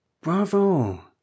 Bravo